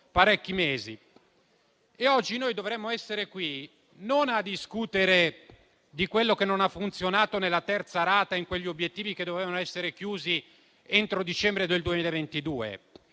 Oggi noi non dovremmo essere qui a discutere di quello che non ha funzionato nella terza rata, in quegli obiettivi che dovevano essere chiusi entro dicembre 2022,